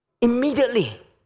Immediately